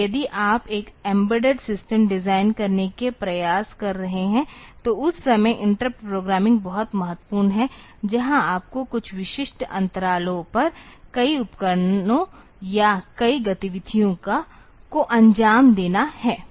तो यदि आप एक एम्बेडेड सिस्टम डिज़ाइन करने का प्रयास कर रहे हैं तो उस समय इंटरप्ट प्रोग्रामिंग बहुत महत्वपूर्ण है जहाँ आपको कुछ विशिष्ट अंतरालों पर कई उपकरणों या कई गतिविधियों को अंजाम देना है